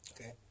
Okay